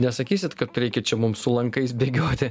nesakysit kad reikia čia mums su lankais bėgioti